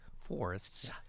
forests